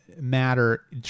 matter